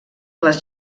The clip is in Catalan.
les